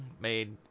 made